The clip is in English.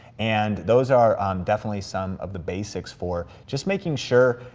and those are um definitely some of the basics for just making sure